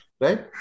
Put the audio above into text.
right